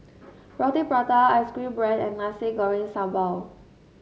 Roti Prata Ice Cream bread and Nasi Goreng Sambal